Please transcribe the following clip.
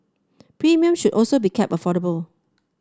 premiums should also be kept affordable